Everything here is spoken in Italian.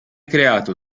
creato